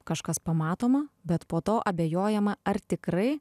kažkas pamatoma bet po to abejojama ar tikrai